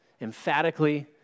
emphatically